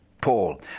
Paul